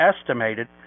estimated